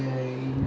mmhmm